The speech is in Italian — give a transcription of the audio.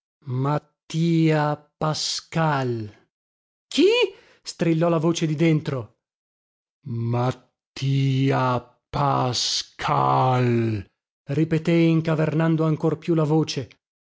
mattia pascal chi strillò la voce di dentro mattia pascal ripetei incavernando ancor più la voce